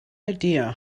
idea